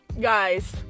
Guys